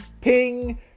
ping